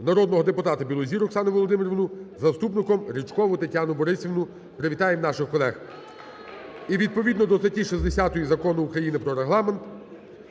народного депутата Білозір Оксану Володимирівну, заступником – Ричкову Тетяну Борисівну. Привітаємо наших колег. І відповідно до статті 60 Закону України про Регламент